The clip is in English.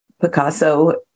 Picasso